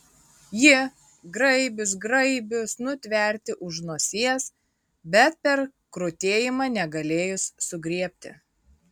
ji graibius graibius nutverti už nosies bet per krutėjimą negalėjus sugriebti